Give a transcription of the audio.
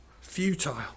futile